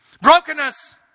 Brokenness